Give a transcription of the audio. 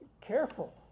careful